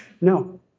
No